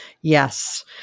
Yes